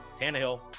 Tannehill